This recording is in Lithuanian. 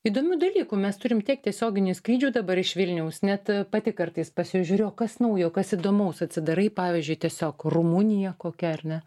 įdomių dalykų mes turim tiek tiesioginių skrydžių dabar iš vilniaus net pati kartais pasižiūriu o kas naujo kas įdomaus atsidarai pavyzdžiui tiesiog rumunija kokia ar ne